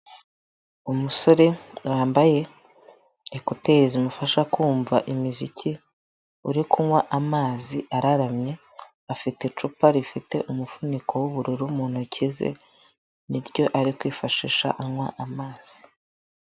Umusore wambaye ekuteri zimufasha kumva imiziki, uri kunywa amazi araramye, afite icupa rifite umufuniko w'ubururu mu ntoki ze, ni ryo ari kwifashisha anywa amazi.